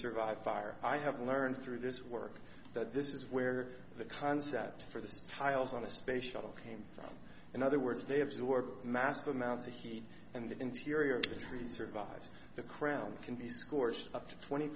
survive fire i have learned through this work that this is where the concept for the tiles on a space shuttle came from in other words they absorb massive amounts of heat and the interior of the trees survives the crown can be scorched up to twenty